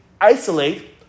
isolate